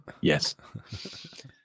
yes